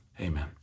Amen